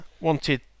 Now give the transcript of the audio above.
wanted